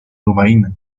lovaina